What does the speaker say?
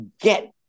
get